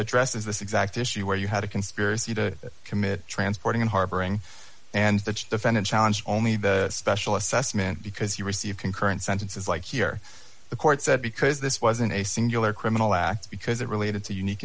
addresses this exact issue where you had a conspiracy to commit transporting harboring and the defendant challenge only the special assessment because you receive concurrent sentences like here the court said because this wasn't a singular criminal act because it related to unique